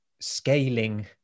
scaling